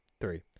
three